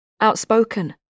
Outspoken